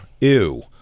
ew